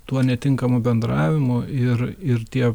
tuo netinkamu bendravimu ir ir tie